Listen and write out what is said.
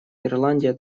ирландия